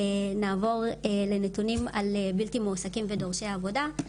נעבור לנתונים על בלתי מועסקים ודורשי העבודה,